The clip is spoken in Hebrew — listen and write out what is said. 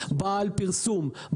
בעל פרסום,